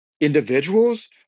individuals